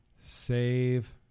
save